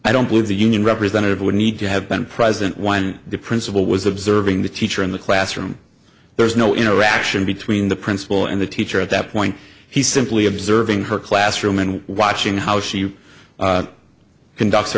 i don't believe the union representative would need to have been present when the principal was observing the teacher in the classroom there was no interaction between the principal and the teacher at that point he simply observing her classroom and watching how she conducts